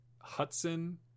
hudson